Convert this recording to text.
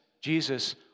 Jesus